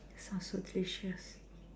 south full cassia